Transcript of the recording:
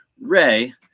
Ray